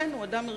מדובר באדם ערכי,